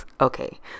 okay